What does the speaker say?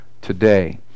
today